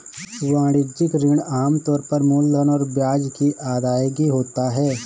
वाणिज्यिक ऋण आम तौर पर मूलधन और ब्याज की अदायगी होता है